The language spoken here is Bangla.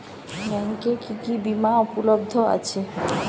ব্যাংকে কি কি বিমা উপলব্ধ আছে?